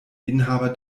inhaber